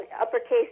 uppercase